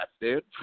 dude